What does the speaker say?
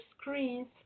screens